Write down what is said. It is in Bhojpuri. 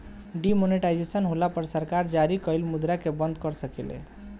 डिमॉनेटाइजेशन होला पर सरकार जारी कइल मुद्रा के बंद कर सकेले